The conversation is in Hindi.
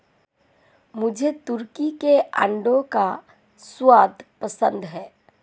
मुझे तुर्की के अंडों का स्वाद पसंद है